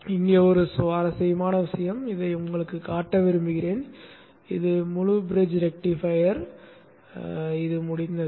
இங்கே ஒரு சுவாரஸ்யமான விஷயம் இதை உங்களுக்குக் காட்ட விரும்புகிறேன் இந்த முழுப் பிரிட்ஜ் ரெக்டிஃபையர் முடிந்தது